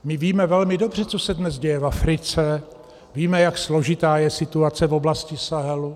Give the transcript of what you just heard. My víme velmi dobře, co se dnes děje v Africe, víme, jak složitá je situace v oblasti Sahelu.